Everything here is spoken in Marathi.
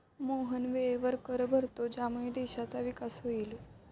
मोहन वेळेवर कर भरतो ज्यामुळे देशाचा विकास होईल